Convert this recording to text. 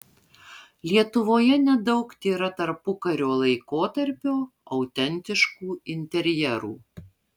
lietuvoje nedaug tėra tarpukario laikotarpio autentiškų interjerų